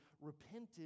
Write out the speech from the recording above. repented